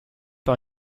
par